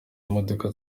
imodoka